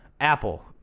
Apple